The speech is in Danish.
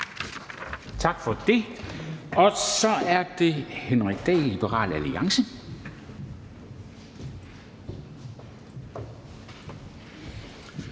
Tak for det. Og så er det Henrik Dahl, Liberal Alliance.